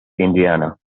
indiana